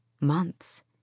months